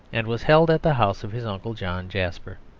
and was held at the house of his uncle john jasper.